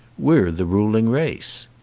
we're the ruling race.